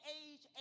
age